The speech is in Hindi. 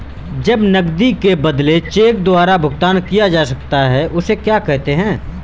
जब नकद के बदले चेक द्वारा भुगतान किया जाता हैं उसे क्या कहते है?